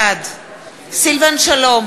בעד סילבן שלום,